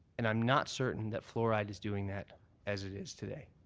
and i'm not certain that fluoride is doing that as it is today.